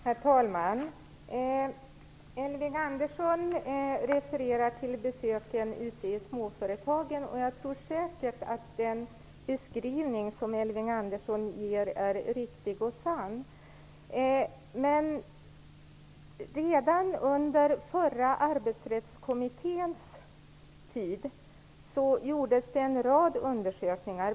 Herr talman! Elving Andersson refererar till besöken i småföretagen. Jag tror säkert att den beskrivning som Elving Andersson ger är riktig och sann. Men redan under förra Arbetsrättskommitténs tid gjordes det en rad undersökningar.